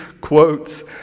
quotes